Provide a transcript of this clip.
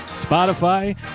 spotify